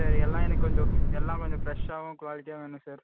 sir எல்லாம் எனக்கு கொஞ்சம் எல்லாம் கொஞ்சம் ஃப்ரஷ்ஷாகவும் குவாலிட்டியாகவும் வேணும் சார்